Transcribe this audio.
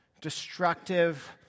destructive